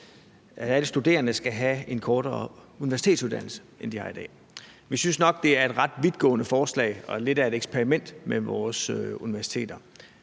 så alle studerende skal have en kortere universitetsuddannelse end i dag. Vi synes nok, det er et ret vidtgående forslag og lidt af et eksperiment med vores universiteter.